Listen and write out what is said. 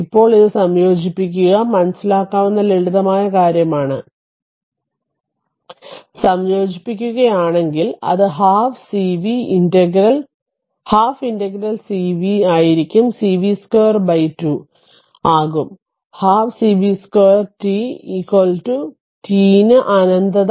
ഇപ്പോൾ ഇത് സംയോജിപ്പിക്കുക മനസ്സിലാക്കാവുന്ന ലളിതമായ കാര്യമാണ് സംയോജിപ്പിക്കുകയാണെങ്കിൽ അത് 12 cv ∫ ആയിരിക്കും cv2 2 ആകും 12 cv 2 t t ന് അനന്തത